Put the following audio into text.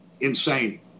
insane